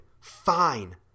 Fine